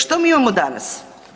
Što mi imamo danas?